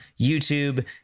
YouTube